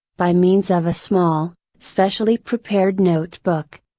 by means of a small, specially prepared notebook.